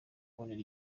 kubonera